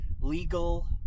legal